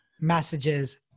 messages